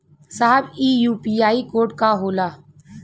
साहब इ UPI code का होला?